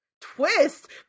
twist